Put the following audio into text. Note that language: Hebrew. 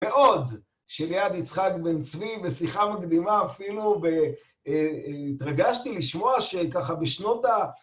מאוד, שליד יצחק בן צבי, בשיחה מקדימה אפילו, ב... התרגשתי לשמוע שככה בשנות ה...